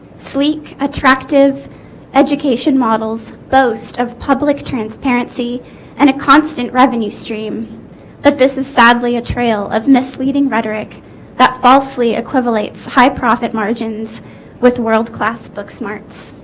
sleek attractive education models boast of public transparency and a constant revenue stream but this is sadly a trail of misleading rhetoric that falsely equivalents high profit margins with world-class book smarts